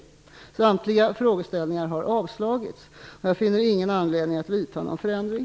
Samtliga framställ ningar har avslagits. Jag finner ingen anledning att vidta någon för ändring.